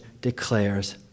declares